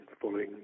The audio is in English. following